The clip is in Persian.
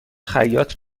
خیاط